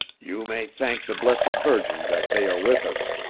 you may thank the blessed virgin that they are with us,